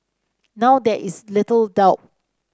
now there is little doubt